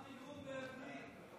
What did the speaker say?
אל תיגעו, חבריי חברי הכנסת,